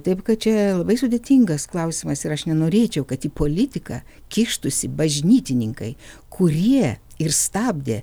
taip kad čia labai sudėtingas klausimas ir aš nenorėčiau kad į politiką kištųsi bažnytininkai kurie ir stabdė